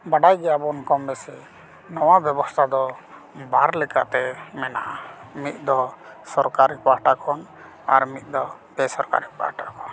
ᱵᱟᱰᱟᱭ ᱜᱮᱭᱟᱵᱚᱱ ᱠᱚᱢ ᱵᱮᱥᱤ ᱱᱚᱶᱟ ᱵᱮᱵᱚᱥᱛᱟ ᱫᱚ ᱵᱟᱨ ᱞᱮᱠᱟᱛᱮ ᱢᱮᱱᱟᱜᱼᱟ ᱢᱤᱫ ᱫᱚ ᱥᱚᱨᱠᱟᱨᱤ ᱯᱟᱦᱚᱴᱟ ᱠᱷᱚᱱ ᱟᱨ ᱢᱤᱫ ᱫᱚ ᱵᱮᱥᱚᱨᱠᱟᱨᱤ ᱯᱟᱦᱚᱴᱟ ᱠᱷᱚᱱ